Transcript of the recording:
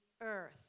earth